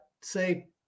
say